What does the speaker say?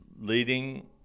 leading